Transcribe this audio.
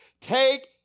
Take